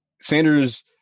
Sanders